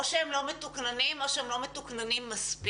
או שהם לא מתוקננים או שהם לא מתוקננים מספיק.